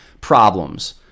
problems